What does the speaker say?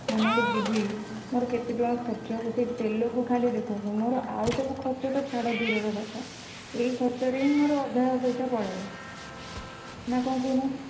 ମୁଁ ଏଇନା ଯେ ଯିବି ମୋର କେତେ ଟଙ୍କା ଖର୍ଚ୍ଚ ହେବ ସେଇ ତେଲକୁ ଖାଲି ଦେଖନ୍ତୁ ମୋର ଆଉ ସବୁ ଖର୍ଚ୍ଚ ତ ଛାଡ଼ ଦୂରର କଥା ଏଇ ଖର୍ଚ୍ଚରେ ହିଁ ମୋର ଅଧା ପଇସା ପଳେଇବ ନା କ'ଣ କହୁନାହାନ୍ତି